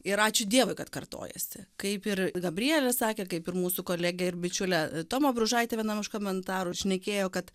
ir ačiū dievui kad kartojasi kaip ir gabrielė sakė kaip ir mūsų kolegė ir bičiulė toma bružaitė vienam iš komentarų šnekėjo kad